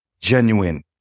genuine